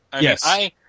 Yes